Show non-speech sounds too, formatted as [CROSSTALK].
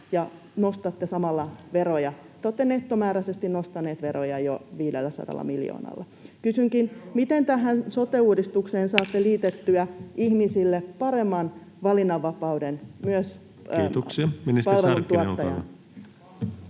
nostatte samalla veroja. Te olette nettomääräisesti nostaneet veroja jo 500 miljoonalla. Kysynkin: miten tähän sote-uudistukseen saatte liitettyä [NOISE] ihmisille paremman valinnanvapauden myös palveluntuottajan... [Puhemies keskeyttää